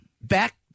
Back